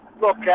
Look